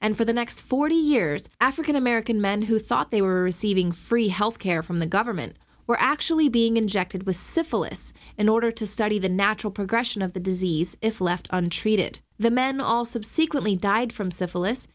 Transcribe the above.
and for the next forty years african american men who thought they were receiving free health care from the government were actually being injected with syphilis in order to study the natural progression of the disease if left untreated the men all subsequently died from syphilis